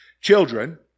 Children